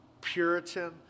Puritan